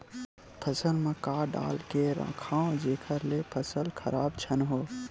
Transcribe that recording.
फसल म का डाल के रखव जेखर से फसल खराब झन हो?